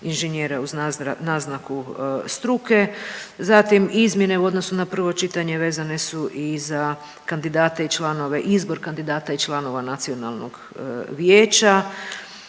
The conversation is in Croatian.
inženjera uz naznaku struke. Zatim izmjene u odnosu na prvo čitanje vezane su i za kandidate i članove, izbor kandidata i članova nacionalnog vijeća